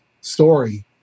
story